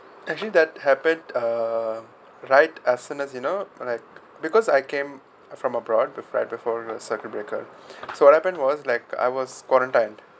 actually that happened uh right as soon as you know like because I came from abroad befo~ before circuit breaker so what happened was like I was quarantined